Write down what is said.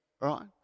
right